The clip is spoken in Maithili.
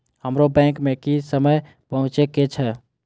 हमरो बैंक में की समय पहुँचे के छै?